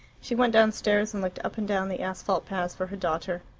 she went downstairs, and looked up and down the asphalt paths for her daughter.